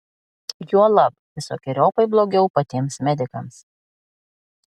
juolab visokeriopai blogiau patiems medikams